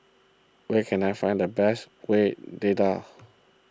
where can I find the best Kueh Dadar